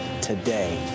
today